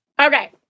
Okay